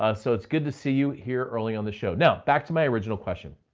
ah so it's good to see you here early on the show. now back to my original question,